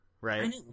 right